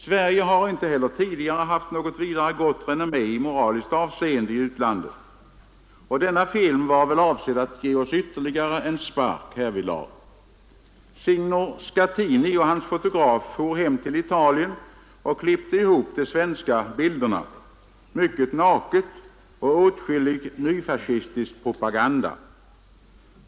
Sverige har inte heller tidigare haft något vidare gott renommé i utlandet i moraliskt avseende. Och denna film var väl avsedd att ge oss ytterligare en spark härvidlag. Signor Scattini och hans fotograf for hem till Italien och klippte ihop de svenska bilderna — mycket naket och åtskillig nyfascistisk propaganda.